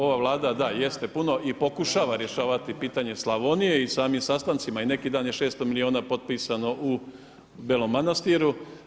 Ova Vlada, da, jeste puno i pokušava rješavati pitanje Slavonije i samim sastancima i neki dan je 600 miliona potpisano u Belom Manastiru.